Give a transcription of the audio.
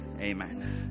Amen